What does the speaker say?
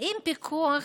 האם פיקוח